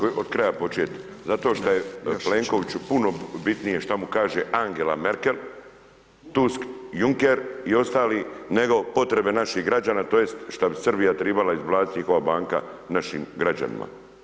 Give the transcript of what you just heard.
Odmah ću od kraja početi, zato što je Plenkoviću puno bitnije šta mu kaže Angela Merkel, Tusk, Junker i ostali, nego potrebe naših građana tj. šta bi Srbija tribala isplati njihova banka našim građanima.